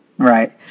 Right